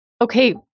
okay